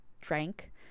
drank